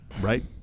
right